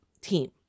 team